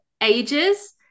ages